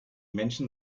menschen